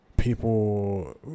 People